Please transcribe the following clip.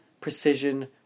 precision